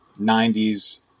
90s